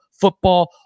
football